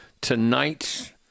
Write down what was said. Tonight